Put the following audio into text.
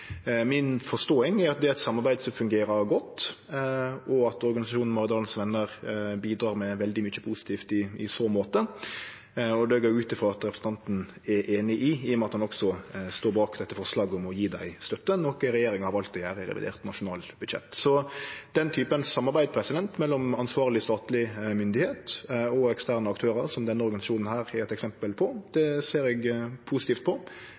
at organisasjonen Maridalens Venner bidrar med veldig mykje positivt i så måte. Det går eg ut frå at representanten er einig i, i og med at han står bak forslaget om å gje dei støtte, noko regjeringa har valt å gjere i revidert nasjonalbudsjett. Så den typen samarbeid mellom ansvarleg statleg myndigheit og eksterne aktørar, som denne organisasjonen er eit eksempel på, ser eg positivt på.